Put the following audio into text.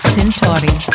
Tintori